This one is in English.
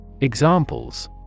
Examples